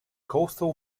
coastal